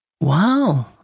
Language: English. wow